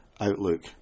Outlook